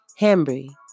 Hambry